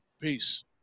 Peace